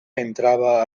entrava